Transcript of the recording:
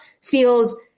feels